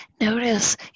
notice